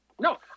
No